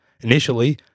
Initially